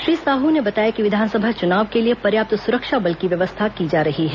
श्री साहू ने बताया कि विधानसभा चुनाव के लिए पर्याप्त सुरक्षा बल की व्यवस्था की जा रही है